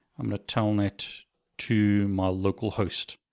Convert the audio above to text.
i'm gonna telnet to my local host,